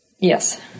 Yes